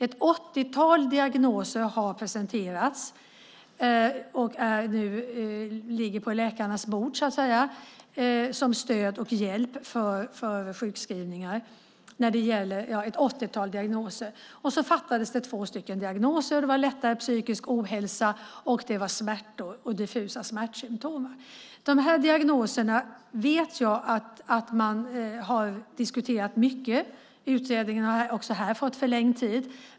Ett 80-talet diagnoser har presenterats och ligger nu så att säga på läkarnas bord som stöd och hjälp för sjukskrivningar. Det fattades två diagnoser, och det var lättare psykisk ohälsa och smärtor och diffusa smärtsymtom. Jag vet att man har diskuterat de här diagnoserna mycket. Utredningen har också här fått förlängd tid.